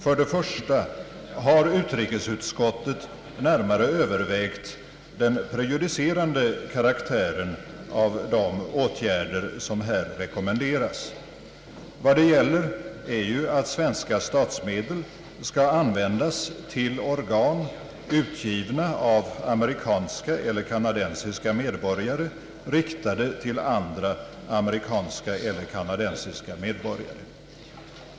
Min första fråga lyder: Har utrikesutskottet närmare övervägt den prejudicerande karaktären av de åtgärder som här rekommenderas? Vad det gäller är ju att svenska statsmedel skall användas för organ, utgivna av amerikanska eller kanadensiska medborgare, riktade till andra amerikanska eller kanadensiska medborgare.